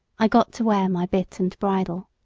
i got to wear my bit and bridle.